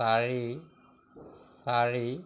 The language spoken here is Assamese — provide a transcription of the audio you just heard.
চাৰি চাৰি